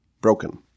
broken